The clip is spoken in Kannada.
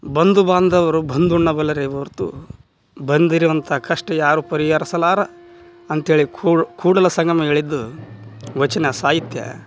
ಬಂಧು ಬಾಂಧವರು ಬಂದುಣ್ಣಬಲ್ಲರೇ ಹೊರತು ಬಂದಿರುವಂಥ ಕಷ್ಟ ಯಾರು ಪರಿಹರಿಸಲಾರ ಅಂಥೇಳಿ ಕೂಡಲಸಂಗಮ ಹೇಳಿದ್ದು ವಚನ ಸಾಹಿತ್ಯ